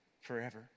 forever